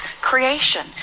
creation